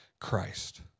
Christ